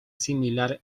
similar